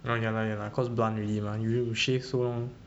uh ya lah ya lah cause blunt already you you shave so long